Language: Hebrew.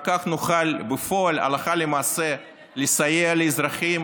רק כך נוכל בפועל הלכה למעשה לסייע לאזרחים